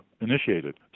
initiated